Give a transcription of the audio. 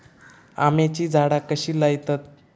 आम्याची झाडा कशी लयतत?